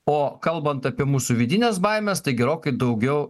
o kalbant apie mūsų vidines baimes tai gerokai daugiau